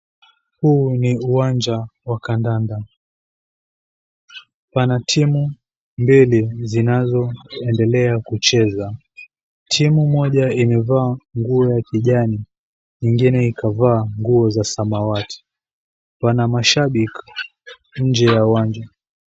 Huu ni uwanja wa kandanda. Pana timu mbili zinazoendelea kucheza. Timu moja imevaa nguo ya kijani ingine ikavaa nguo za samawati. Pana mashabiki nje ya uwanja.